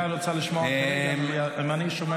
אני רוצה לדעת מי המדליף בסוף.